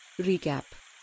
Recap